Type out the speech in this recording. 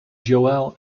joel